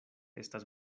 estas